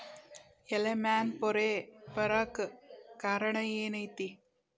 ಎಲೆ ಮ್ಯಾಲ್ ಪೊರೆ ಬರಾಕ್ ಕಾರಣ ಏನು ಐತಿ?